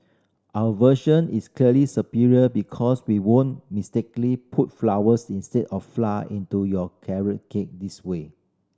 our version is clearly superior because we won't mistakenly put flowers instead of flour into your carrot cake this way